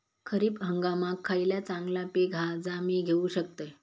खरीप हंगामाक खयला चांगला पीक हा जा मी घेऊ शकतय?